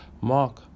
Mark